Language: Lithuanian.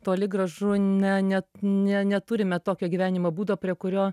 toli gražu ne net ne neturime tokio gyvenimo būdo prie kurio